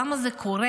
למה זה קורה?